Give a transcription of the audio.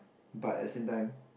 but at the same time